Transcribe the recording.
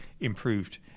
improved